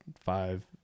five